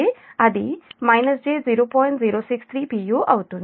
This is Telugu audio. u అవుతుంది